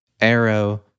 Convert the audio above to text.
arrow